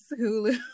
Hulu